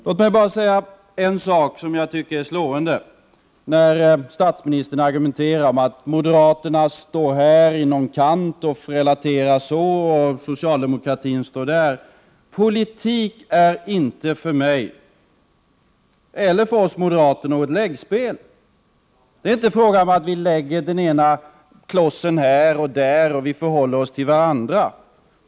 Låt mig bara ta upp en sak, som jag tycker är slående. Statsministern säger att moderaterna står vid en kant och relaterar så och så, medan socialdemokratin står vid en annan kant. Politik är inte för mig, eller för oss moderater, något läggspel. Det är inte fråga om att vi lägger den ena klossen här och den andra där och vi förhåller oss till varandra så och så.